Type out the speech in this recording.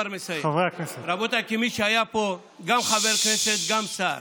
כמי שהיה פה גם חבר כנסת, גם שר,